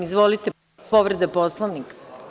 Izvolite, povreda Poslovnika.